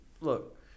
look